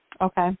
Okay